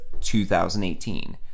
2018